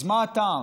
אז מה הטעם?